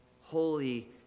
Holy